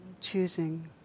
choosing